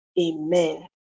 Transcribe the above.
Amen